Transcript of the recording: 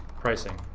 pricing.